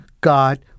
God